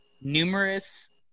numerous